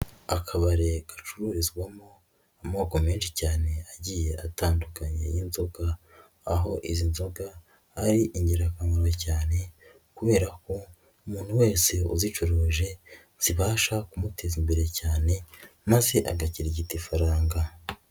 Akabari gacururizwamo amoko menshi cyane agiye atandukanye y'inzoga, aho izi nzoga ari ingirakamaro cyane kubera ko umuntu wese uzicuruje zibasha kumuteza imbere cyane maze agakirigita ifaranga.